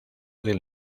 del